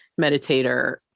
meditator